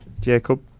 Jacob